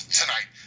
tonight